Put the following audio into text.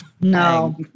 No